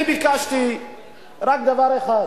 אני ביקשתי רק דבר אחד: